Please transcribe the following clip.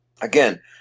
Again